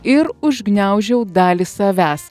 ir užgniaužiau dalį savęs